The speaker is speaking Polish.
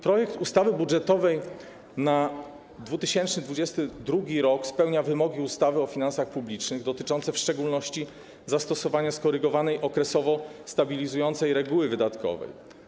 Projekt ustawy budżetowej na 2022 r. spełnia wymogi ustawy o finansach publicznych dotyczące w szczególności zastosowania skorygowanej okresowo stabilizującej reguły wydatkowej.